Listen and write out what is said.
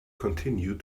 continued